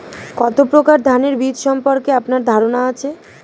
কত প্রকার ধানের বীজ সম্পর্কে আপনার ধারণা আছে?